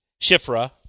Shifra